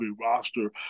roster